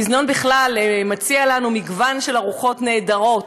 המזנון בכלל מציע לנו מגוון של ארוחות נהדרות,